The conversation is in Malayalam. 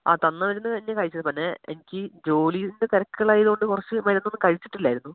ആ തന്ന മരുന്ന് തന്നെ കഴിച്ചത് പിന്നെ എനിക്ക് ജോലിൻ്റെ തിരക്കുകൾ ആയത് കൊണ്ട് കുറച്ച് മരുന്നൊന്നും കഴിച്ചിട്ടില്ലായിരുന്നു